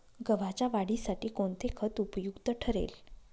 गव्हाच्या वाढीसाठी कोणते खत उपयुक्त ठरेल?